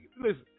listen